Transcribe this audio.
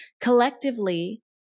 Collectively